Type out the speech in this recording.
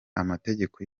amategeko